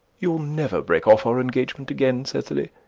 you'll never break off our engagement again, cecily?